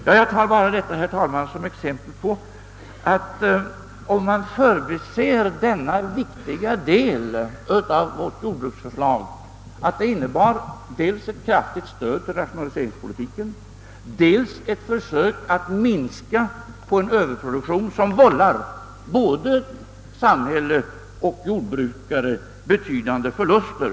Jag tar bara detta, herr talman, som exempel på att man förbisett denna viktiga del av vårt jordbruksförslag, nämligen att det innebar dels ett kraftigt stöd till rationaliseringspolitiken, dels ett försök att minska den överproduktion, som vållar både samhälle och jordbrukare betydande förluster.